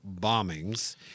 bombings